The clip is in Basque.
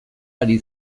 ari